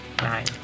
Nine